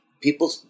people